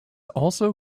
also